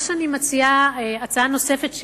הצעה נוספת,